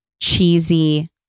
cheesy